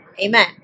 Amen